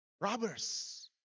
Robbers